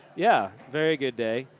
yeah. very good day.